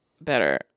better